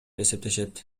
эсептешет